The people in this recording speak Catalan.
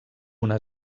una